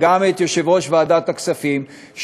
וגם יושב-ראש ועדת הכספים,